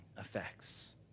effects